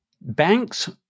Banks